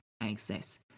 access